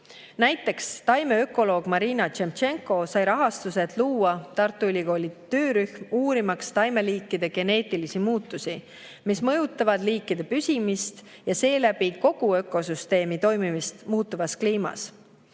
Näiteks taimeökoloog Marina Semtšenko sai rahastuse, et luua Tartu Ülikoolis töörühm, uurimaks taimeliikide geneetilisi muutusi, mis mõjutavad liikide püsimist ja seeläbi kogu ökosüsteemi toimimist muutuvas kliimas.